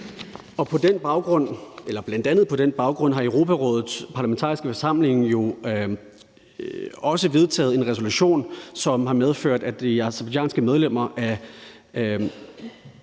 på den baggrund har Europarådets Parlamentariske Forsamling også vedtaget en resolution, som har medført, de aserbajdsjanske medlemmer af